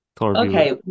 okay